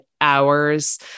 hours